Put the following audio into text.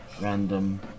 random